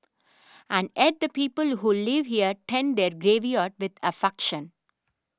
and add the people who live here tend their graveyard with affection